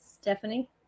Stephanie